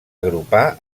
agrupar